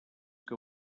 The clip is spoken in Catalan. que